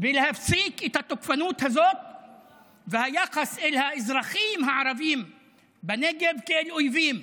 ולהפסיק את התוקפנות הזאת והיחס אל האזרחים הערבים בנגב כאל אויבים.